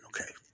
Okay